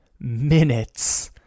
minutes